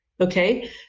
Okay